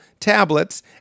tablets